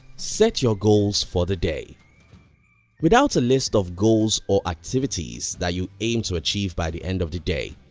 set your goals for the day without a list of goals or activities that you aim to achieve by the end of the day,